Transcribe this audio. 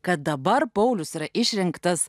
kad dabar paulius yra išrinktas